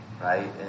right